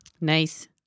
Nice